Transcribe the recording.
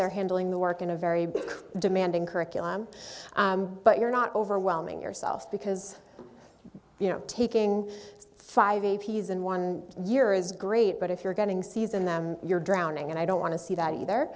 they're handling the work in a very demanding curriculum but you're not overwhelming yourself because you know taking five a p s in one year is great but if you're getting sees in them you're drowning and i don't want to see that either